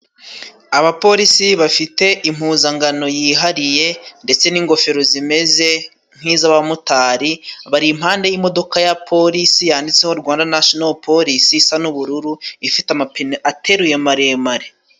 Abaporisi bafite impuzangano yihariye ndetse n'ingofero zimeze nk'iz'abamotari, bari impande y'imodoka ya porisi yanditseho Rwanda nashino porisi, isa n'ubururu ifite amapine ateruye maremare.